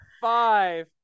five